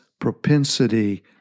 propensity